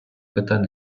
питань